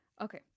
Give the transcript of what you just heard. Okay